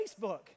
Facebook